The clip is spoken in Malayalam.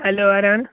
ഹലോ ആരാണ്